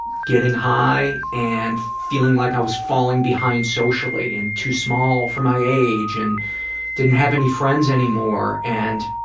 getting high, and feeling like i was falling behind socially, and too small for my age, and didn't have any friends anymore. and